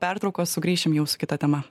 pertraukos sugrįšim jau su kita tema